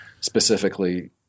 specifically